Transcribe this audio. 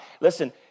Listen